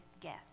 get